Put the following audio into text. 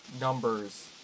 numbers